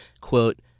quote